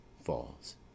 Falls